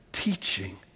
teaching